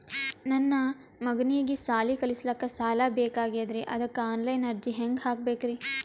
ನನ್ನ ಮಗನಿಗಿ ಸಾಲಿ ಕಲಿಲಕ್ಕ ಸಾಲ ಬೇಕಾಗ್ಯದ್ರಿ ಅದಕ್ಕ ಆನ್ ಲೈನ್ ಅರ್ಜಿ ಹೆಂಗ ಹಾಕಬೇಕ್ರಿ?